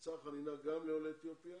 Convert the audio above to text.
מבצע החנינה גם לעולי אתיופיה